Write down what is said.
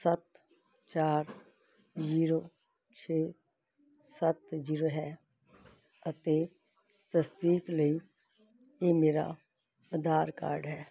ਸੱਤ ਚਾਰ ਜ਼ੀਰੋ ਛੇ ਸੱਤ ਜ਼ੀਰੋ ਹੈ ਅਤੇ ਤਸਦੀਕ ਲਈ ਇਹ ਮੇਰਾ ਆਧਾਰ ਕਾਰਡ ਹੈ